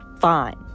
Fine